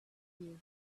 you